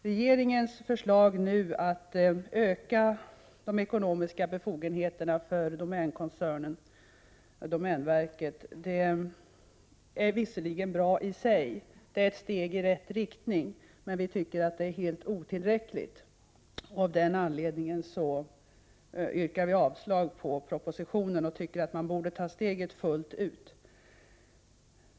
Regeringens förslag att de ekonomiska befogenheterna för domänverket skall ökas är visserligen bra i sig och ett steg i rätt riktning, men det är helt otillräckligt. Av den anledningen yrkar vi avslag på förslaget i propositionen, vi anser att man borde ta steget fullt ut.